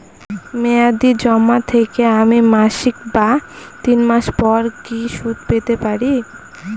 মেয়াদী জমা থেকে আমি মাসিক বা তিন মাস পর কি সুদ পেতে পারি?